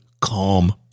calm